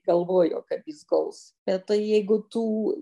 galvojo kad jis gaus bet tai jeigu tų